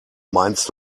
meinst